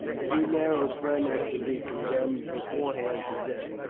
to be nero's friend is to be condemned beforehand to death,